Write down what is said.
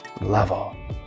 level